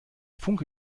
funke